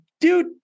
dude